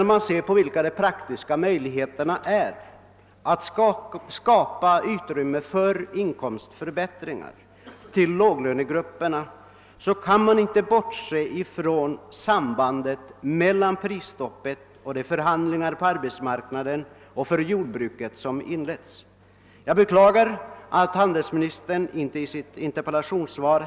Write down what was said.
När man försöker bedöma de praktiska möjligheterna att skapa utrymme för inkomstförbättringar för låglönegrupperna kan man inte bortse från sambandet mellan prisstoppet och de förhandlingar som inletts på arbetsmarknaden och på jordbrukets område. Jag beklagar att handelsministern i sitt interpellationssvar.